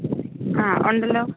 ആ ഉണ്ടല്ലൊ